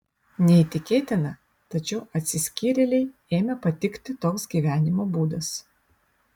neįtikėtina tačiau atsiskyrėlei ėmė patikti toks gyvenimo būdas